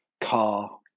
car